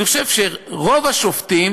אני חושב שרוב השופטים